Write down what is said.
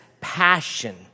passion